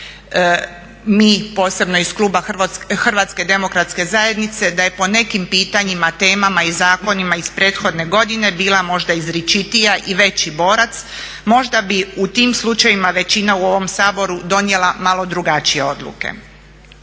mi posebno iz kluba HDZ-a da je po nekim pitanjima, temama i zakonima iz prethodne godine bila možda izričitija i veći borac možda bi u tim slučajevima većina u ovom Saboru donijela malo drugačije odluke.